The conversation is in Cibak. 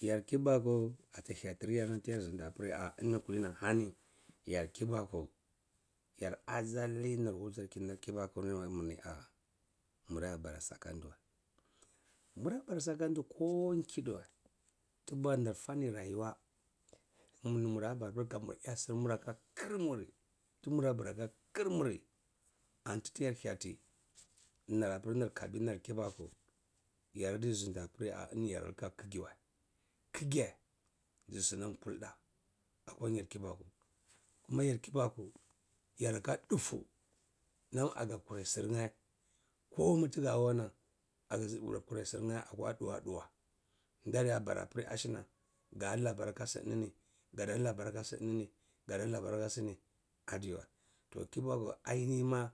Yar kibaku ata hyatiryar nam tiyar zindi apir-ah eni kulini-hani yar kibaku gar asali wunjil nir kibaku ni wa ah, mura bara sakandwa, murabara sakandeh ko kidi wa tibur nir fanin rayuwa mur-ni mura bara kapir kamur ya sirmur aka khir mur!! Timura bara aka khir mur!! Ani tin tiyar hyati nir apir kabila kibaku yardi zindi apir-ah eni yar liha khigi wa, khigeh, zisinam kuldah akwa nyar kibaku, kuma yar kibaku, yaraka dufu nam aga kurai sinyeh, ko mifegeh wanan aga sankurai sinyer aka duwa-duwa ndadi abaran apir asina ga labar ka sienini gada labar aka sini adiwa toh kibaki anihi ma,